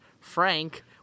Frank